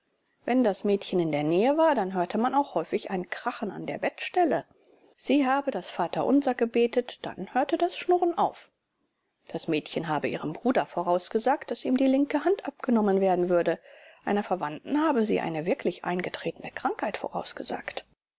wenn das mädchen in der nähe war dann hörte man auch häufig ein krachen an der bettstelle sie habe das vaterunser gebetet dann hörte das schnurren auf das mädchen habe ihrem bruder vorausgesagt daß ihm die linke hand abgenommen werden würde einer verwandten habe sie eine wirklich eingetretene krankheit vorausgesagt